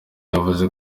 yavuze